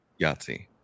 Yahtzee